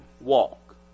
walk